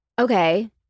Okay